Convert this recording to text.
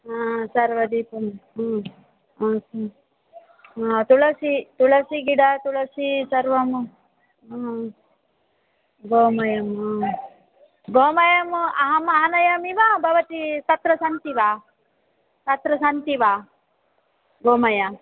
हा सर्वदीपं हा हा हा तुळसि तुळसिगिड तुळसिसर्वमु हा गोमयं हा गोमयमु अहमानयामि वा भवती तत्र सन्ति वा तत्र सन्ति वा गोमय